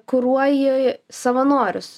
kuruoji savanorius